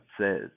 says